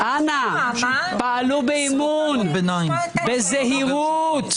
אנא פעלו באמון ובזהירות,